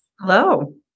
Hello